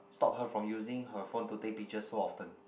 stop her from using her phone to take pictures so often